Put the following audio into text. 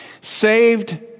Saved